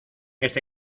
este